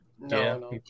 No